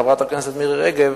חברת הכנסת מירי רגב,